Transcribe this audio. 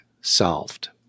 solved